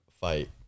fight